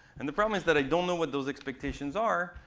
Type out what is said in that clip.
and the problem is that i don't know what those expectations are.